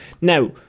now